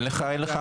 אין לך המתנה?